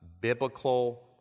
biblical